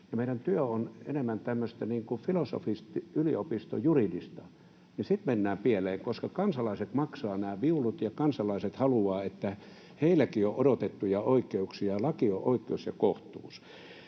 ja meidän työ on enemmän tämmöistä niin kuin filosofisesti yliopistojuridista, ja sitten mennään pieleen, koska kansalaiset maksavat nämä viulut ja kansalaiset haluavat, että heilläkin on odotettuja oikeuksia, ja laki on oikeus ja kohtuus.